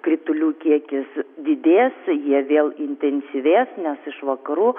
kritulių kiekis didės jie vėl intensyvės nes iš vakarų